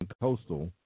Coastal